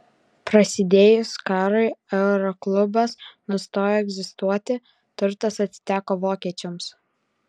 prasidėjus karui aeroklubas nustojo egzistuoti turtas atiteko vokiečiams